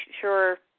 sure